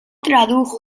tradujo